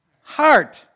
heart